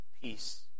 peace